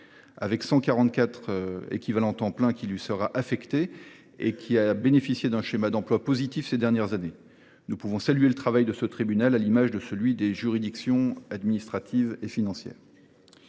quatre équivalents temps plein lui seront affectés. Cette commission a bénéficié d’un schéma d’emplois positif ces dernières années. Nous pouvons saluer le travail de ce tribunal, à l’image de celui des juridictions administratives et financières.